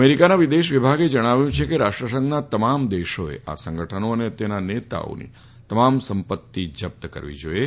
અમેરિકાના વિદેશ વિભાગે જણાવ્યું છે કે રાષ્ટ્રસંઘના તમામ દેશોએ આ સંગઠનો અને તેના નેતાઓની તમામ સંપત્તિ જપ્ત કરવી જાઈએ